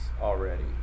already